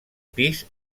pis